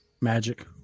Magic